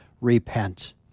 Repent